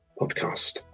podcast